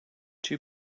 two